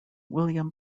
william